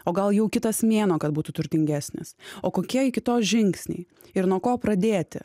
o gal jau kitas mėnuo kad būtų turtingesnis o kokie iki to žingsniai ir nuo ko pradėti